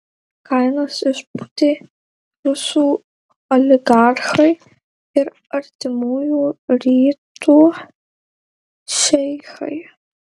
kainas išpūtė rusų oligarchai ir artimųjų rytų šeichai